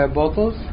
bottles